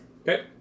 Okay